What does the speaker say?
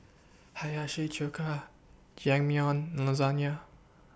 Hiyashi Chuka and Lasagne